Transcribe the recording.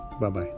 Bye-bye